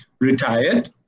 retired